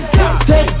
Take